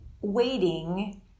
Waiting